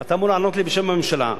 אתה אמור לענות לי בשם הממשלה,